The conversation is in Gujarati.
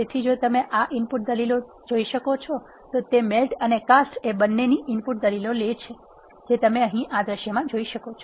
તેથી જો તમે આ ઇનપુટ દલીલો જોઈ શકો છો તો તે મેલ્ટ અને કાસ્ટ બંનેની ઇનપુટ દલીલો લે છે જે તમે અહીં આ આદેશમાં જોઈ શકો છો